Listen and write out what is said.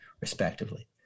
respectively